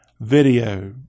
video